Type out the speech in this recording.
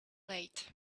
late